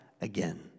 again